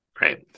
right